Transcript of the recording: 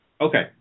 Okay